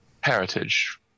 heritage